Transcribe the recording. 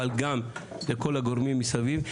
אבל גם לכל הגורמים מסביב,